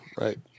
Right